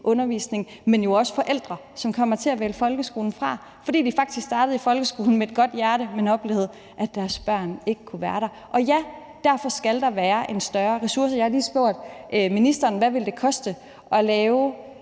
undervisning. Men der er jo også forældre, som kommer til at vælge folkeskolen fra, fordi de faktisk startede i folkeskolen med et godt hjerte, men oplevede, at deres børn ikke kunne være der. Ja, derfor skal der være en større ressource, og jeg har lige spurgt ministeren, hvad det ville koste at have